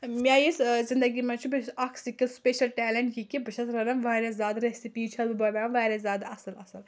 مےٚ یُس زندگی منٛز چھُ چھُ اَکھ سِکِل سٕپیشَل ٹیلٮ۪نٛٹ یہِ کہِ بہٕ چھَس رَنان واریاہ زیادٕ رٮ۪سِپی چھس بہٕ بَنان واریاہ زیادٕ اَصٕل اَصٕل